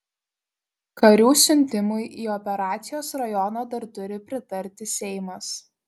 karių siuntimui į operacijos rajoną dar turi pritarti seimas